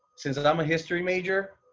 since and i'm a history major,